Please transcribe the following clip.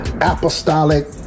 apostolic